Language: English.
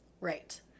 right